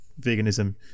veganism